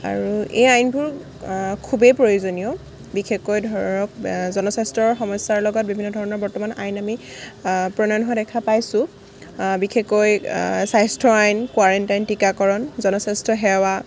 আৰু এই আইনবোৰ খুবেই প্ৰয়োজনীয় বিশেষকৈ ধৰক জনস্বাস্থ্যৰ সমস্যাৰ লগত বিভিন্ন ধৰণৰ বৰ্তমান আইন আমি প্ৰণয়ন হোৱা দেখা পাইছোঁ বিশেষকৈ স্বাস্থ্যৰ আইন কোৱাৰাইণ্টাইন টীকাকৰণ জনস্বাস্থ্য সেৱা